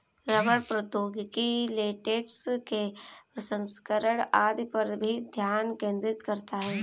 रबड़ प्रौद्योगिकी लेटेक्स के प्रसंस्करण आदि पर भी ध्यान केंद्रित करता है